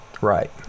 Right